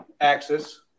axis